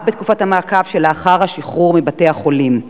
אף בתקופת המעקב שלאחר השחרור מבתי-החולים.